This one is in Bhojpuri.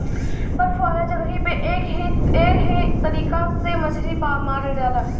बर्फ वाला जगही पे एह तरीका से मछरी मारल जाला